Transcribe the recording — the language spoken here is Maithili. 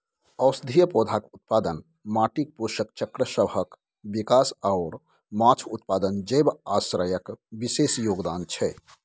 औषधीय पौधाक उत्पादन, माटिक पोषक चक्रसभक विकास आओर माछ उत्पादन जैव आश्रयक विशेष योगदान छै